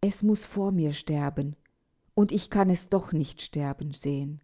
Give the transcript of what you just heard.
es muß vor mir sterben und ich kann es doch nicht sterben sehen